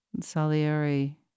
Salieri